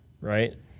right